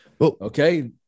Okay